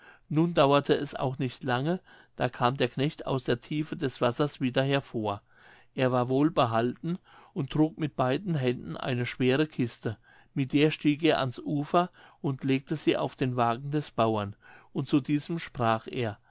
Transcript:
nun dauerte es auch nicht lange da kam der knecht aus der tiefe des wassers wieder hervor er war wohlbehalten und trug mit beiden händen eine schwere kiste mit der stieg er ans ufer und legte sie auf den wagen des bauern und zu diesem sprach er